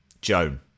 joan